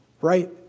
right